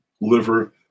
liver